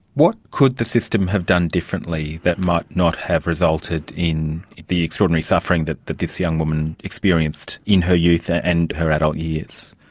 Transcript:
what could the system have done differently that might not have resulted in the extraordinary suffering that that this young woman experienced in her youth and her adult years?